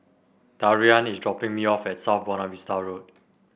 Darian is dropping me off at South Buona Vista Road